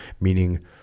meaning